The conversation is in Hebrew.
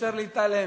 אי-אפשר להתעלם.